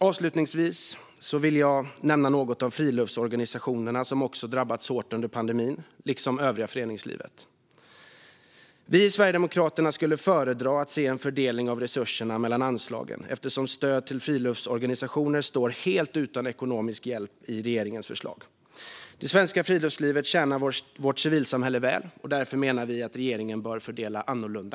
Avslutningsvis vill jag nämna något om friluftsorganisationerna, som också drabbats hårt under pandemin liksom det övriga föreningslivet. Vi i Sverigedemokraterna skulle föredra att se en fördelning av resurserna mellan anslagen, eftersom stödet till friluftsorganisationer står helt utan ekonomisk hjälp i regeringens förslag. Det svenska friluftslivet tjänar vårt civilsamhälle väl. Därför menar vi att regeringen bör fördela annorlunda.